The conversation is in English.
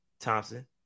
Thompson